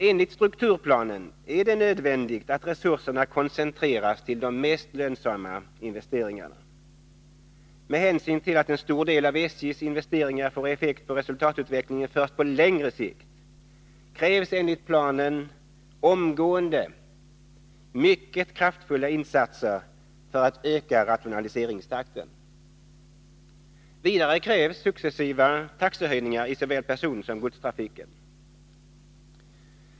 Enligt strukturplanen är det nödvändigt att resurserna koncentreras till de mest lönsamma investeringarna. Med hänsyn till att en stor del av SJ:s investeringar får effekt på resultatutvecklingen först på längre sikt krävs enligt planen omgående mycket kraftfulla insatser för att öka rationaliseringstakten. Vidare krävs successiva taxehöjningar i såväl personsom godstrafiken.